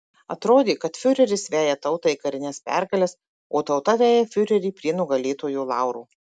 atrodė kad fiureris veja tautą į karines pergales o tauta veja fiurerį prie nugalėtojo laurų